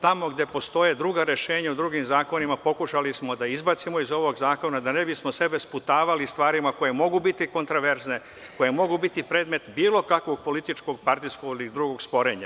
Tamo gde postoje druga rešenja u drugim zakonima pokušali smo da izbacimo iz ovog zakona da ne bismo sebe sputavali stvarima koje mogu biti kontraverzne, koje mogu biti predmet bilo kakvog političkog, partijskog ili drugog sporenja.